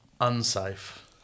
unsafe